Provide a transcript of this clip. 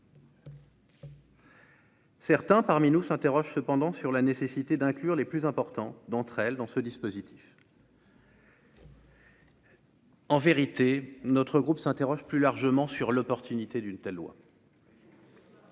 Certains parmi nous s'interroge cependant sur la nécessité d'inclure les plus importants d'entre elles dans ce dispositif. En vérité, notre groupe s'interroge plus largement sur l'opportunité d'une telle loi.